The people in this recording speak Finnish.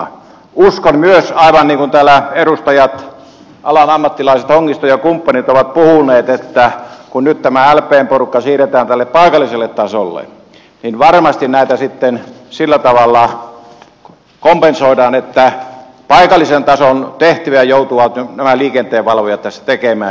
uskon myös aivan niin kuin täällä edustajat alan ammattilaiset hongisto ja kumppanit ovat puhuneet että kun nyt tämä lpn porukka siirretään tälle paikalliselle tasolle niin varmasti näitä sitten sillä tavalla kompensoidaan että paikallisen tason tehtäviä joutuvat nämä liikenteenvalvojat tässä tekemään